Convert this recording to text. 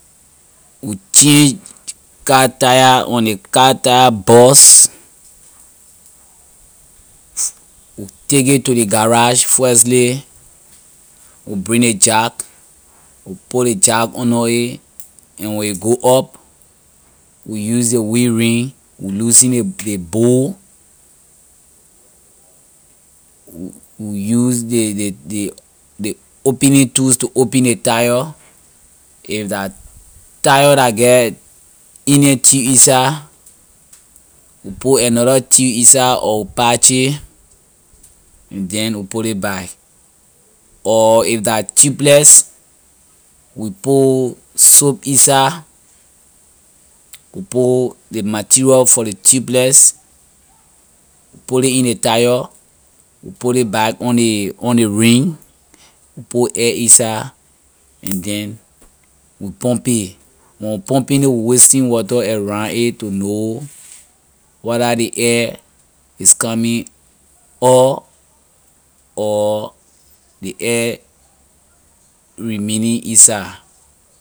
We change car tyre when ley car tyre bust we take it to ley garage firstly we bring ley jack we put ly jack under a and when a go up we use ley wheel ring we loosen ley ley bolt we use ley ley ley ley opening tools to open the tyre if la tyre la get inner tube inside we put another tube inside or we patch it and then we put it back or if la tubeless we put soap inside we put ley material for ley tubeless we put ley in ley tyre we put ley back on ley on ley ring we put air inside and then we pump it. when we pumping ley we wasting water around it to know whether ley air is coming out or ley air remaining inside.